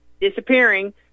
disappearing